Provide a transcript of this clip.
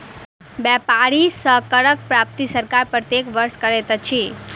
व्यापारी सॅ करक प्राप्ति सरकार प्रत्येक वर्ष करैत अछि